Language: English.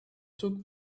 took